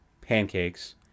pancakes